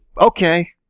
Okay